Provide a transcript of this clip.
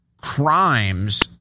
crimes